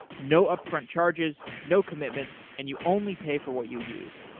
no upfront charges, no commitments and you only pay for what you use.